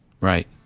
Right